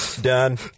done